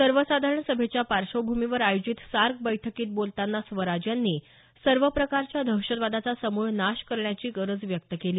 सर्वसाधारण सभेच्या पार्श्वभूमीवर अयोजित सार्क बैठकीत बोलताना स्वराज यांनी सर्व प्रकारच्या दहशतवादाचा समूळ नाश करण्याची गरज व्यक्त केली